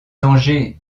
dangers